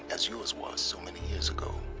as yours was, so many years ago